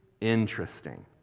Interesting